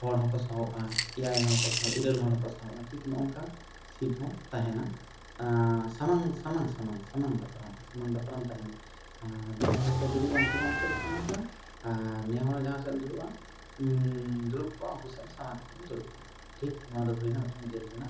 ᱦᱚᱲ ᱦᱚᱸᱠᱚ ᱥᱟᱦᱚᱜ ᱟ ᱮᱭᱟᱭ ᱦᱚᱲ ᱦᱚᱸᱠᱚ ᱥᱟᱦᱚ ᱤᱨᱟᱹᱞ ᱦᱚᱲ ᱦᱚᱸᱠᱚ ᱥᱟᱦᱚᱜ ᱴᱷᱤᱵ ᱚᱱᱠᱟ ᱥᱤᱴ ᱦᱚᱸ ᱛᱟᱦᱮᱱᱟ ᱥᱟᱢᱟᱝ ᱥᱟᱢᱟᱝ ᱥᱟᱢᱟᱝ ᱥᱟᱢᱟᱝ ᱫᱟᱯᱨᱟᱢ ᱛᱟᱦᱮᱱᱟ ᱟ ᱡᱟᱦᱟᱸᱭ ᱦᱚᱲ ᱠᱚ ᱫᱩᱰᱩᱵ ᱟ ᱩᱱᱠᱩ ᱦᱚᱸ ᱟᱢ ᱥᱮᱫ ᱠᱚ ᱥᱟᱢᱟᱝ ᱠᱟᱜ ᱟ ᱟᱨ ᱱᱮ ᱦᱚᱲ ᱡᱟᱦᱟᱸ ᱥᱮᱫ ᱮᱢ ᱫᱩᱲᱩᱵ ᱟ ᱫᱩᱲᱩᱵ ᱠᱚᱜ ᱟ ᱩᱱᱠᱩ ᱥᱮᱫ ᱮᱢ ᱥᱟᱢᱟᱝ ᱠᱟᱛᱮ ᱜᱮᱢ ᱫᱩᱲᱩᱵ ᱠᱚᱜᱼᱟ ᱴᱷᱤᱠ ᱱᱚᱣᱟ ᱫᱚ ᱦᱩᱭ ᱮᱱᱟ ᱨᱮᱹᱞ ᱨᱮᱱᱟᱜ